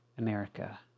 America